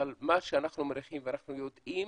אבל מה שאנחנו רואים ואנחנו יודעים